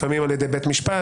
לפעמים על ידי בית משפט,